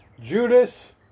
Judas